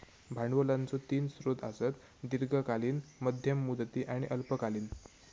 भांडवलाचो तीन स्रोत आसत, दीर्घकालीन, मध्यम मुदती आणि अल्पकालीन